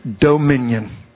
dominion